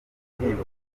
gihinduka